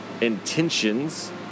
intentions